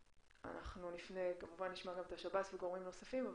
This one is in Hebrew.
אנחנו כמובן נשמע גם את שב"ס וגורמים נוספים.